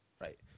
Right